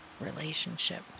relationship